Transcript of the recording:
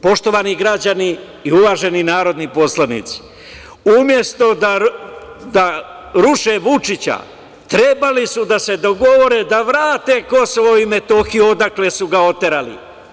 Poštovani građani i uvaženi narodni poslanici, umesto da ruše Vučića, trebali su da se dogovore da vrate Kosovo i Metohiju odakle su ga oterali.